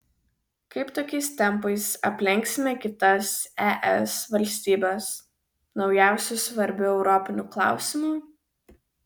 kaip tokiais tempais aplenksime kitas es valstybes naujausiu svarbiu europiniu klausimu